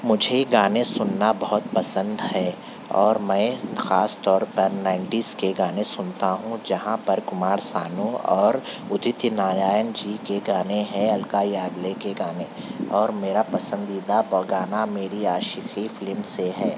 مجھے گانے سننا بہت پسند ہے اور میں خاص طور پر نائنٹیز کے گانے سنتا ہوں جہاں پر کمار سانو اور ادت نارائن جی کے گانے ہیں الکا یاگنک کے گانے اور میرا پسندیدہ گانا میری عاشقی فلم سے ہے